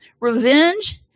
revenge